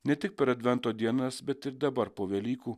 ne tik per advento dienas bet ir dabar po velykų